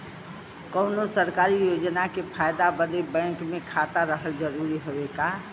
कौनो सरकारी योजना के फायदा बदे बैंक मे खाता रहल जरूरी हवे का?